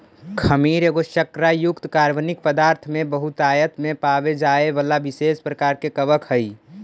खमीर एगो शर्करा युक्त कार्बनिक पदार्थ में बहुतायत में पाबे जाए बला विशेष प्रकार के कवक हई